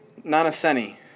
Nanaseni